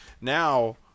Now